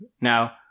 Now